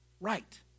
right